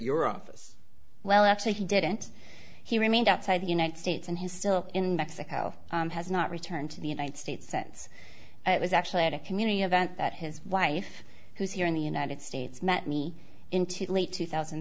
office well actually he didn't he remained outside the united states and his still in mexico has not returned to the united states since it was actually at a community event that his wife who's here in the united states met me in too late two thousand